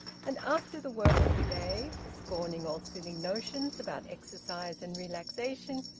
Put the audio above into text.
and after the work of the day, scorning all silly notions about exercise and relaxation,